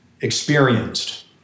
experienced